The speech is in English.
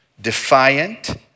defiant